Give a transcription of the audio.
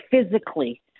physically